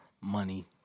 money